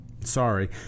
Sorry